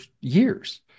years